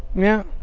yeah!